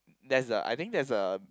that's the I think that's the